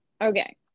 Okay